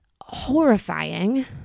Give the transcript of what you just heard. horrifying